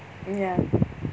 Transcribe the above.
ya